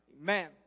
Amen